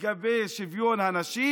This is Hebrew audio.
לגבי שוויון הנשים,